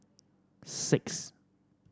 six